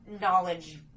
knowledge